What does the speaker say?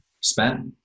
spent